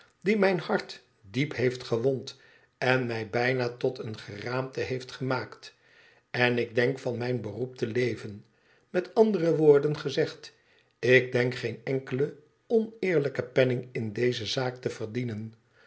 die mijn hart diep heeft gewond en mij bijna tot een geraamte heeft gemaakt en ik denk van mijn beroep te leven met andere woorden gezegd ik denk geen enkelen oneerlijken penning m deze zaak te verdienen